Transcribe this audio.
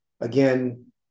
again